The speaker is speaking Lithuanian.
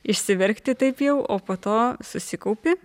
išsiverkti taip jau o po to susikaupi